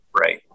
right